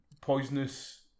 poisonous